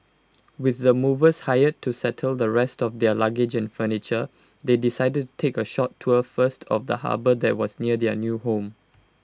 with the movers hired to settle the rest of their luggage and furniture they decided take A short tour first of the harbour that was near their new home